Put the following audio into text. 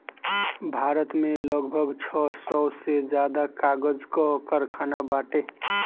भारत में लगभग छह सौ से ज्यादा कागज कअ कारखाना बाटे